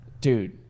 dude